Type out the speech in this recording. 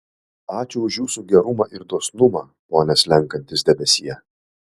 ačiū už jūsų gerumą ir dosnumą pone slenkantis debesie